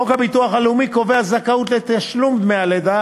חוק הביטוח הלאומי קובע זכאות לתשלום דמי לידה